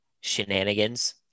shenanigans